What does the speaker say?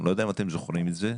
אני לא יודע אם אתם זוכרים את זה.